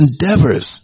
endeavors